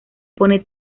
pone